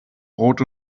brot